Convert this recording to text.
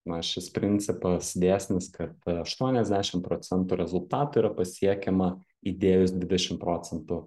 na šis principas dėsnis kad aštuoniasdešim procentų rezultatų yra pasiekiama įdėjus dvidešim procentų